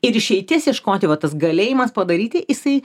ir išeities ieškoti va tas galėjimas padaryti jisai